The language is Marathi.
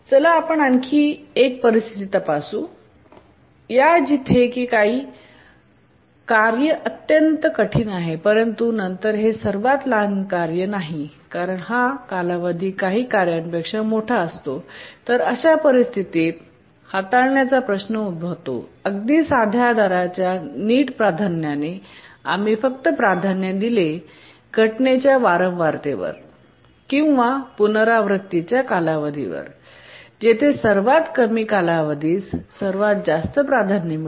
चला आपण आणखी एक परिस्थिती तपासू या जिथे काही कार्य अत्यंत कठीण आहे परंतु नंतर हे सर्वात लहान कार्य नाही कारण हा कालावधी काही कार्यांपेक्षा मोठा असतो तर अशा परिस्थितीस हाताळण्याचा प्रश्न उद्भवतो अगदी साध्या दराच्या नीट प्राधान्याने आम्ही फक्त प्राधान्य दिले घटनेच्या वारंवारतेवर किंवा पुनरावृत्ती च्या कालावधीवर जेथे सर्वात कमी कालावधीस सर्वात जास्त प्राधान्य मिळेल